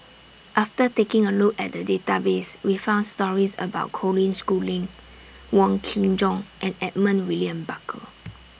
after taking A Look At The Database We found stories about Colin Schooling Wong Kin Jong and Edmund William Barker